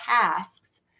tasks